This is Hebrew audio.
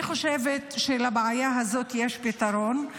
אני חושבת שלבעיה הזאת יש פתרון,